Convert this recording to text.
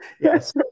Yes